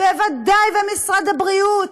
משרד החינוך, בוודאי, ומשרד הבריאות.